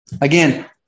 Again